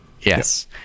Yes